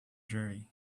jury